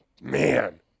Man